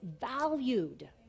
valued